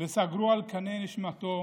סגרו על קנה נשימתו